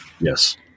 Yes